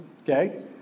okay